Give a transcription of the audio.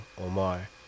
Omar